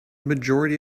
majority